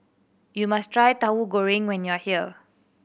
you must try Tahu Goreng when you are here